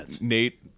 Nate